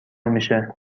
میشه